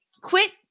Quit